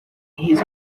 his